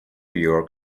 york